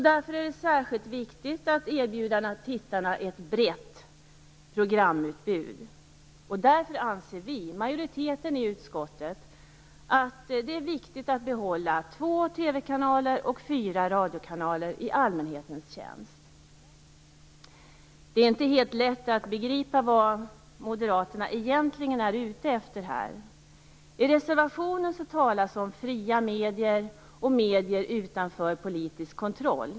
Därför är det särskilt viktigt att erbjuda tittarna ett brett programutbud. Därför anser vi, majoriteten i utskottet, att det är viktigt att behålla två TV-kanaler och fyra radiokanaler i allmänhetens tjänst. Det är inte helt lätt att begripa vad Moderaterna egentligen är ute efter. I reservationen talas om "fria medier" och medier "utanför politisk kontroll".